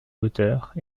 hauteurs